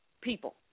people